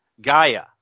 Gaia